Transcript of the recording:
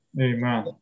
Amen